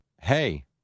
hey